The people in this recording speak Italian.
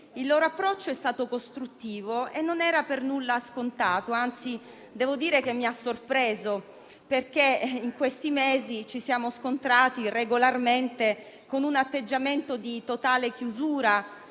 Il loro approccio è stato costruttivo e non era per nulla scontato; anzi, devo dire che mi ha sorpreso perché in questi mesi ci siamo scontrati regolarmente con un atteggiamento di totale chiusura